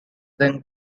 then